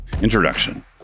Introduction